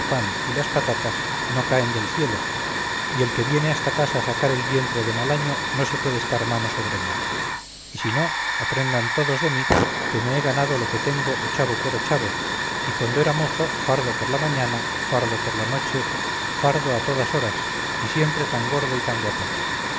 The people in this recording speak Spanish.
y las patatas no caen del cielo y el que viene a esta casa a sacar el vientre de mal año no se puede estar mano sobre mano y si no aprendan todos de mí que me he ganado lo que tengo ochavo por ochavo y cuando era mozo fardo por la mañana fardo por la noche fardo a todas horas y siempre tan gordo y tan guapote